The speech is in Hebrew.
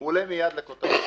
הוא עולה מיד לכותרות.